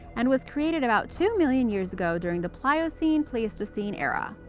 and was created about two million years ago during the pliocene-pleistocene era.